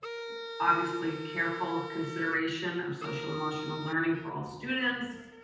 obviously careful consideration of social, emotional learning for all students,